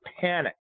panic